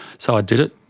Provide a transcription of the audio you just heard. so i did it,